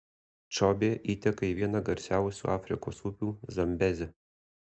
čobė įteka į vieną garsiausių afrikos upių zambezę